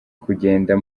kugenda